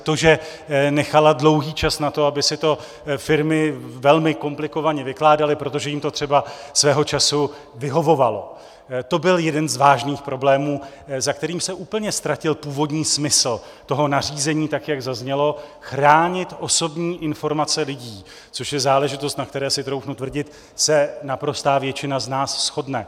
To, že nechala dlouhý čas na to, aby si to firmy velmi komplikovaně vykládaly, protože jim to třeba svého času vyhovovalo, to byl jeden z vážných problémů, za kterým se úplně ztratil původní smysl nařízení, tak jak zaznělo, chránit osobní informace lidí, což je záležitost, o které si troufnu tvrdit, se naprostá většina z nás shodne.